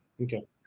Okay